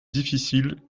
difficile